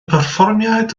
perfformiad